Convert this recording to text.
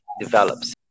develops